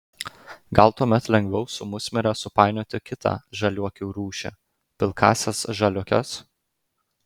gal tuomet lengviau su musmire supainioti kitą žaliuokių rūšį pilkąsias žaliuokes